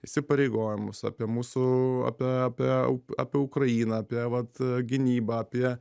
įsipareigojimus apie mūsų apie apie apie ukrainą apie vat gynybą apie